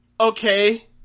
okay